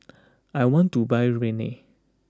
I want to buy Rene